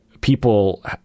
people